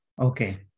Okay